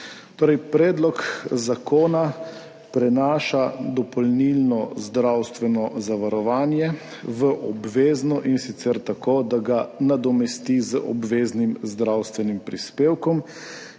predlog zakona prenaša dopolnilno zdravstveno zavarovanje v obvezno, in sicer tako, da ga nadomesti z obveznim zdravstvenim prispevkom,